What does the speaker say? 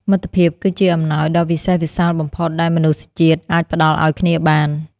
មិត្តភាពគឺជាអំណោយដ៏វិសេសវិសាលបំផុតដែលមនុស្សជាតិអាចផ្ដល់ឱ្យគ្នាបាន។